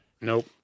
Nope